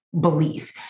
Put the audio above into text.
belief